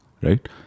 right